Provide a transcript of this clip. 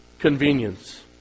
convenience